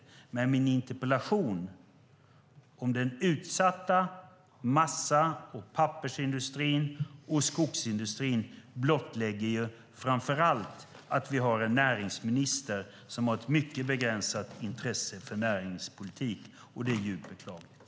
Min interpellation om den utsatta massa och pappersindustrin och skogsindustrin blottlägger framför allt att vi har en näringsminister som har ett mycket begränsat intresse för näringspolitik, och det är djupt beklagligt.